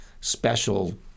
special